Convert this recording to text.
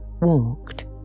walked